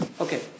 Okay